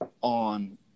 on